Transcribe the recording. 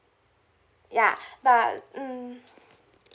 ya but mm